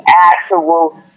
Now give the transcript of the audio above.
actual